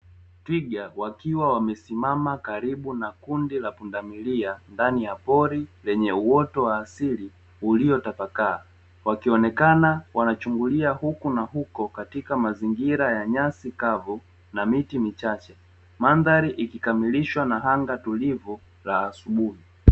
Twiga wakiwa wamesimama karibu na kundi la pundamilia ndani ya pori lenye uoto wa asili uliotapakaa. Wakionekana wanachungulia huku na huko katika mazingira ya nyasi kavu na miti michache. Mandhari ikikamilishwa na anga tulivu la asubuhi.